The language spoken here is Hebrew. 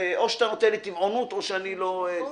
או שתיתן לי מסיבה טבעונות או לא חשוב".